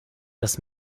das